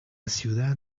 ciudad